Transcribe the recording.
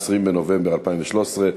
20 בנובמבר 2013,